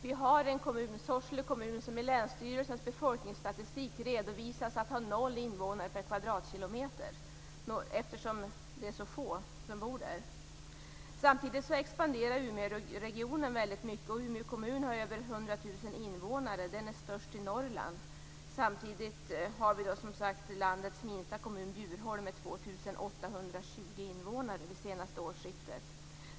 Vi har en kommun, Sorsele kommun, som i länsstyrelsens befolkningsstatistik redovisas ha noll invånare per kvadratkilometer eftersom det är så få som bor där. Samtidigt expanderar Umeåregionen väldigt mycket. Umeå kommun har över 100 000 invånare. Den är störst i Norrland. Samtidigt har vi landets minsta kommun, Bjurholm, med 2 820 invånare vid det senaste årsskiftet.